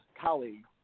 colleague